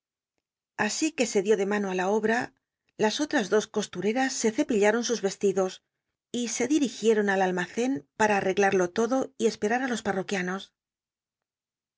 así que se dió de mano i la obrtt las o ras dos cosllnetas se cepillaron sus y eslidos y se dirigieron al almacen para arreglarlo todo y esperar ü los partoquianos